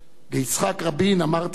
ליצחק רבין אמרתי אז